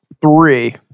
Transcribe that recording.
three